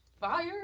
Fire